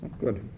Good